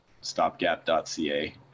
stopgap.ca